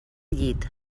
llit